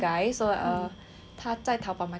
他在淘宝买东西的时候 hor like